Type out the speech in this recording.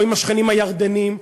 או עם השכנים הירדנים,